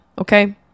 okay